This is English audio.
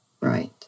Right